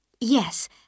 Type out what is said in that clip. Yes